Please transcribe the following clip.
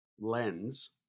lens